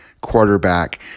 Quarterback